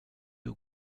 aux